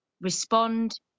respond